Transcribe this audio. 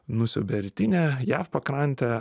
nusiaubia rytinę jav pakrantę